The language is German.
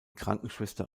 krankenschwester